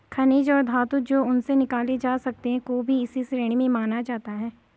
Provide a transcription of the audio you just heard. खनिज और धातु जो उनसे निकाले जा सकते हैं को भी इसी श्रेणी में माना जाता है